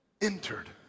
entered